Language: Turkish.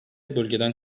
bölgeden